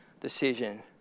decision